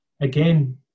again